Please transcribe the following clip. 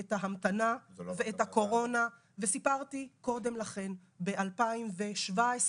את ההמתנה ואת הקורונה וסיפרתי קודם לכן, ב-2017,